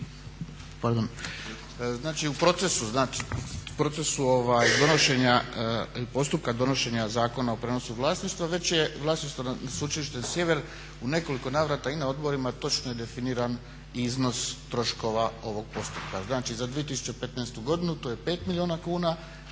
donošenja i postupka donošenja Zakona o prijenosu vlasništva već je vlasništvo nas Sveučilištem Sjever u nekoliko navrata i na odborima točno definiran iznos troškova ovog postupka. Znači za 2015.godinu to je 5 milijuna kuna,